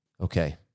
Okay